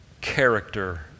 character